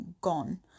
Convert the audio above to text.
gone